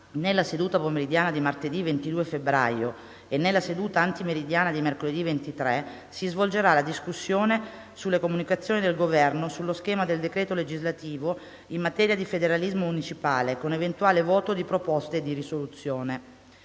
nella seduta pomeridiana di martedì 22 febbraio e nella seduta antimeridiana di mercoledì 23 si svolgerà la discussione sulle comunicazioni del Governo sullo schema di decreto legislativo in materia di federalismo municipale, con eventuale voto di proposte di risoluzione.